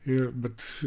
ir bet